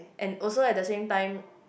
and also at the same time